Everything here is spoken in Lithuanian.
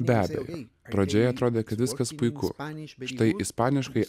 be abejo pradžioje atrodė kad viskas puiku štai ispaniškai